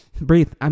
breathe